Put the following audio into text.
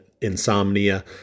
insomnia